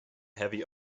heavy